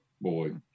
boy